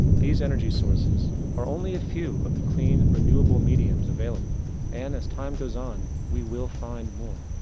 these energy sources are only a few of the clean renewable mediums available and as time goes on we will find more.